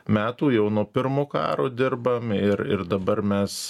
metų jau nuo pirmo karo dirbam ir ir dabar mes